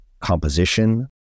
composition